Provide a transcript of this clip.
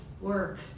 work